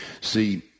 See